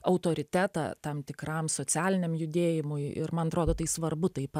autoritetą tam tikram socialiniam judėjimui ir man atrodo tai svarbu taip pat